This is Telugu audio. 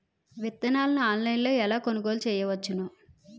విత్తనాలను ఆన్లైన్లో ఎలా కొనుగోలు చేయవచ్చున?